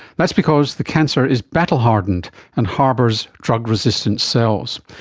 that's because the cancer is battle hardened and harbours drug resistant cells.